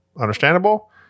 understandable